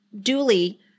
duly –